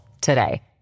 today